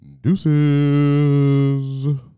Deuces